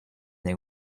they